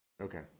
Okay